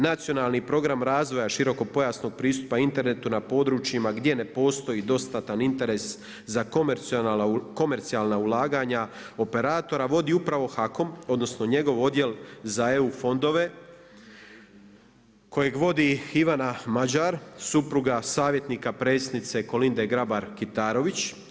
Nacionalni program razvoja širokopojasnog pristupa internetu na područjima gdje ne postoji dostatan interes za komercijalna ulaganja operatora vodi upravo HAKOM odnosno njegov odjel za eu fondove kojeg vodi Ivana Mađar supruga savjetnika predsjednice Kolinde Grabar Kitarović.